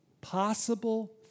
possible